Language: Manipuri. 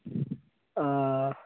ꯑ